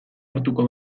hartuko